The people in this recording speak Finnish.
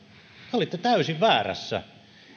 te olitte täysin väärässä